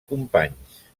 companys